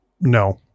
no